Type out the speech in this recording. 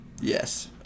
Yes